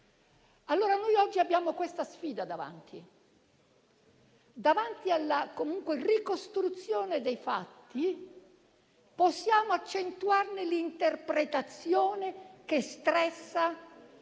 centro. Noi oggi abbiamo davanti questa sfida. Davanti alla ricostruzione dei fatti possiamo accentuarne l'interpretazione che stressa